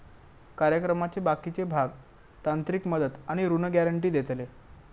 कार्यक्रमाचे बाकीचे भाग तांत्रिक मदत आणि ऋण गॅरेंटी देतले